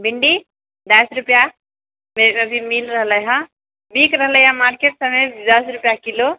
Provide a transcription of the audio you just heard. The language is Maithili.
भिंडी दश रुपआ बैगन भी मिल रहलै हँ बिक रहलै हँ मार्केट सबमे दश रुपआ किलो